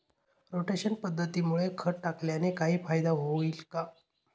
Rotation पद्धतीमुळे खत टाकल्याने काही फायदा होईल का?